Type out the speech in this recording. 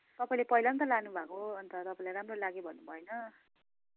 तपाईँले पहिला त लानु भएको हो अन्त तपाईँलाई राम्रो लाग्यो भन्नु भयो होइन